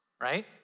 right